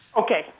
Okay